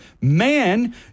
man